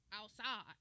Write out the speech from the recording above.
Outside